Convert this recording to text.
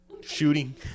shooting